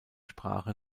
sprache